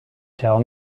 tell